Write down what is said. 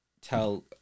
tell